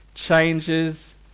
changes